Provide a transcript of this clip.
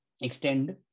extend